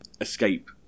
escape